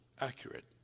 accurate